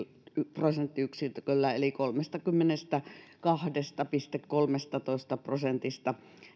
prosenttiyksiköllä eli kolmestakymmenestäkahdesta pilkku kolmestatoista prosentista